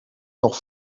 nog